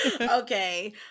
Okay